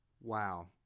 wow